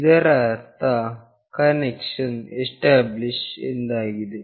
ಇದರ ಅರ್ಥ ಕನೆಕ್ಷನ್ ವು ಎಸ್ಟಾಬ್ಲಿಶ್ ಆಗಿದೆ ಎಂದಾಗಿದೆ